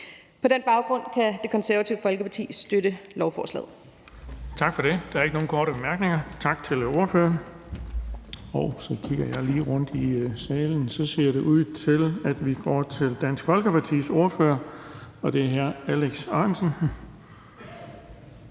På den baggrund kan Det Konservative Folkeparti støtte lovforslaget. Kl. 13:18 Den fg. formand (Erling Bonnesen): Der er ikke nogen korte bemærkninger. Tak til ordføreren. Så kigger jeg lige rundt i salen, og det ser ud til, at vi går videre til Dansk Folkepartis ordfører, og det er hr. Alex Ahrendtsen.